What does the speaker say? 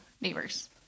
neighbors